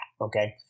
okay